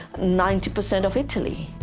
ninety percent of italy,